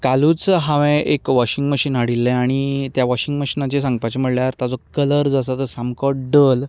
कालूच हांवें एक वॉशिंग मॅशीन हाडिल्लें आनी त्या वॉशिंग मॅशीनाचें सांगपाचें म्हणल्यार ताचो कलर जो आसा तो सामको डल